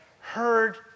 heard